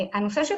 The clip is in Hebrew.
הנושא של